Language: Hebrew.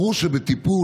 ברור שבטיפול,